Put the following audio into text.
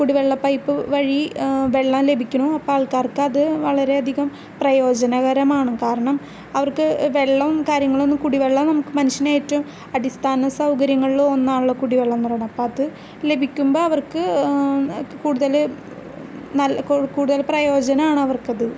കുടിവെള്ളം പൈപ്പ് വഴി വെള്ളം ലഭിക്കുന്നു അപ്പം ആൾക്കാർക്ക് അത് വളരെയധികം പ്രയോജനകരമാണ് കാരണം അവർക്ക് വെള്ളവും കാര്യങ്ങളൊന്നും കുടിവെള്ളം നമുക്ക് മനുഷ്യന് ഏറ്റവും അടിസ്ഥാനസൗകര്യങ്ങളില് ഒന്നാണല്ലൊ കുടിവെള്ളം എന്നുപറയുന്നത് അപ്പം അത് ലഭിക്കുമ്പം അവർക്ക് കൂടുതല് നല്ല കൂടുതല് പ്രയോജനമാണ് അവർക്കത്